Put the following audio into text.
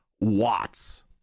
watts